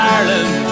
Ireland